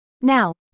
Now